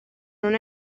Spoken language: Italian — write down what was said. non